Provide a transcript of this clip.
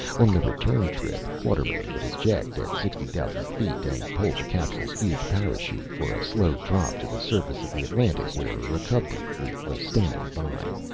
on the return trip, quartermain would eject at sixty thousand feet and pull the capsule's huge parachute for a slow drop to the surface of the atlantic where a recovery fleet was standing by.